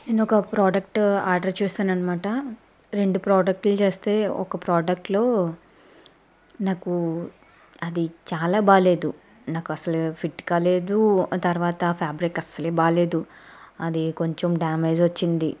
నేను ఒక product order చేశాను అనమాట రెండు ప్రోడక్ట్లు చేస్తే ఒక ప్రోడక్ట్లో నాకు అది చాలా బాగాలేదు నాకు అసలు ఫిట్ కాలేదు ఆ తర్వాత ఫ్యాబ్రిక్ అసలే బాగాలేదు అది కొంచెం డ్యామేజ్ వచ్చింది